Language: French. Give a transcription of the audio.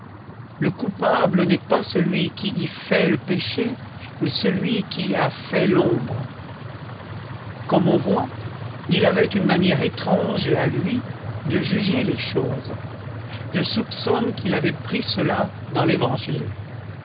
le coupable n'est pas celui qui y fait le péché mais celui qui y a fait l'ombre comme on voit il avait une manière étrange et à lui de juger les choses je soupçonne qu'il avait pris cela dans l'évangile